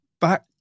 back